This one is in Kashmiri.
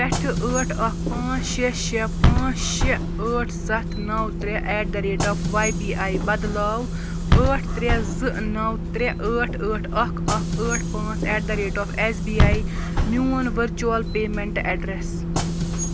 پٮ۪ٹھٕ ٲٹھ اَکھ پانٛژھ شےٚ شےٚ پانٛژھ شےٚ ٲٹھ سَتھ نَو ترٛےٚ at the rate of Y B I بدلاو ٲٹھ ترٛےٚ زٕ نَو ترٛےٚ ٲٹھ ٲٹھ اَکھ اَکھ ٲٹھ پانٛژھ at the rate of S B I میٛون ؤرچُوَل پیمٮ۪نٛٹ ایڈریس